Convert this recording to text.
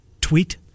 tweet